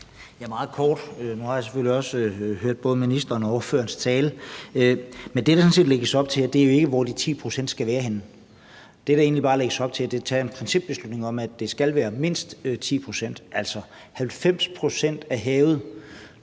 det meget kort. Nu har jeg hørt både ministerens og ordførerens taler, men det, der sådan set lægges op til, er jo ikke at beslutte, hvor de 10 pct. skal være henne. Det, der egentlig lægges op til, er at tage en principbeslutning om, at det skal være mindst 10 pct. Altså, 90 pct. af havet